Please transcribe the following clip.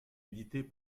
édités